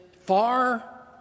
far